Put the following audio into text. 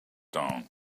down